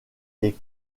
les